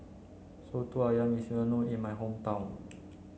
Soto Ayam is well known in my hometown